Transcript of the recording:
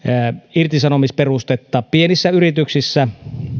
irtisanomisperustetta pienissä yrityksissä